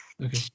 Okay